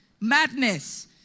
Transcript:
Madness